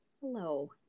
hello